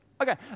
Okay